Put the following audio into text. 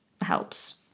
helps